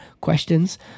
questions